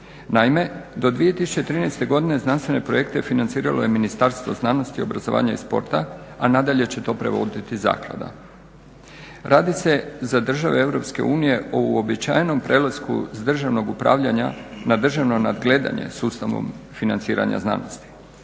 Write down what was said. Naime, do 2013.godine znanstvene projekte financiralo je Ministarstvo znanosti, obrazovanja i sporta, a nadalje će to provoditi zaklada. Radi se za države EU o uobičajenom prelasku s državnog upravljanja na državno nadgledanje sustavom financiranja znanosti.